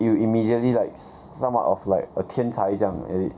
you immediately like s~ s~ somewhat of like a 天才这样 get it